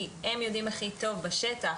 כי הם יודעים הכי טוב בשטח,